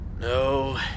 No